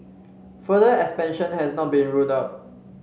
further expansion has not been ruled out